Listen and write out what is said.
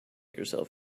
yourself